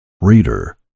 Reader